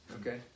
Okay